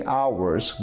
hours